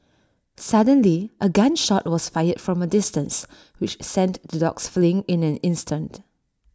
suddenly A gun shot was fired from A distance which sent the dogs fleeing in an instant